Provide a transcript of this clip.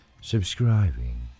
subscribing